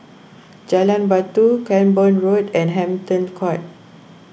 Jalan Batu Cranborne Road and Hampton Court